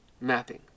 mapping